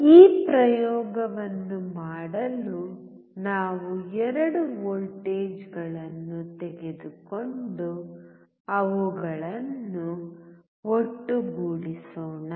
ಈ ಪ್ರಯೋಗವನ್ನು ಮಾಡಲು ನಾವು 2 ವೋಲ್ಟೇಜ್ಗಳನ್ನು ತೆಗೆದುಕೊಂಡು ಅದನ್ನು ಒಟ್ಟುಗೂಡಿಸೋಣ